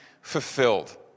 fulfilled